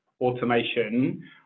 automation